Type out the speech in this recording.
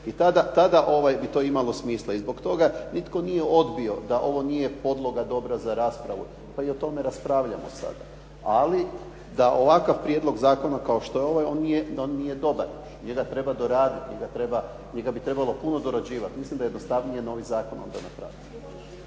I tada bi to imalo smisla. I zbog toga, nitko nije odbio da ovo nije podloga dobra za raspravu, pa i o tome raspravljamo sada, ali da ovakav prijedlog zakona kao što je ovaj, on nije dobar, njega treba doraditi, njega bi trebalo puno dorađivati, mislim da je jednostavnije novi zakon onda napraviti.